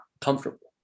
comfortable